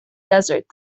desert